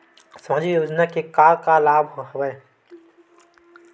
सामाजिक योजना के का का लाभ हवय?